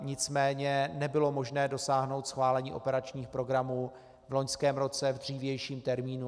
Nicméně nebylo možné dosáhnout schválení operačních programů v loňském roce v dřívějším termínu.